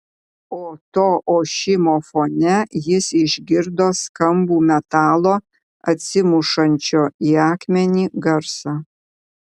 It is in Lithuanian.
o to ošimo fone jis išgirdo skambų metalo atsimušančio į akmenį garsą